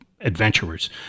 adventurers